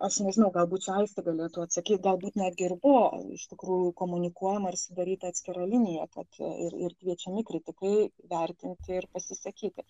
aš nežinau galbūt čia aistė galėtų atsakyt galbūt netgi ir buo iš tikrųjų komunikuojama ir sudaryta atskira linija tokia ir ir kviečiami kritikai vertinti ir pasisakyti